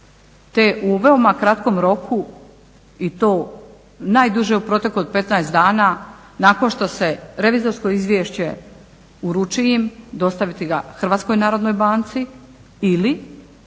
te u veoma kratkom roku i to najduže u proteku od 15 dana nakon što se revizorsko izvješće uruči im dostaviti ga HNB-u ili u koliko nije